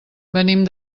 venim